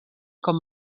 com